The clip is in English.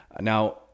Now